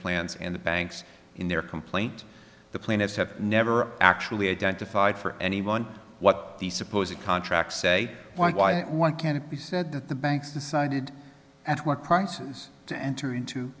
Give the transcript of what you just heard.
plants and the banks in their complaint the plaintiffs have never actually identified for anyone what the suppose a contract say why why why can't it be said that the banks decided at work prices to enter into